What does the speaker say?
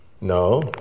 No